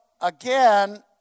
again